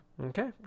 Okay